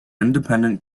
independent